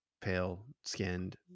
pale-skinned